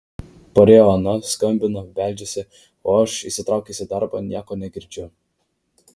parėjo ona skambina beldžiasi o aš įsitraukęs į darbą nieko negirdžiu